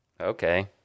Okay